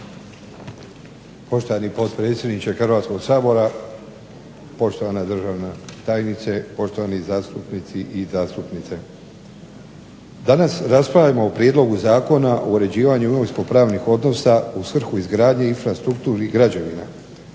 Poštovani potpredsjedniče Hrvatskog sabora, poštovana državna tajnice, poštovane zastupnici i zastupnice. Danas raspravljamo o prijedlogu Zakona o uređivanju imovinskopravnih odnosa u svrhu izgradnje infrastrukturnih građevina